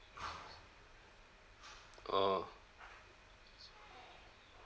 oh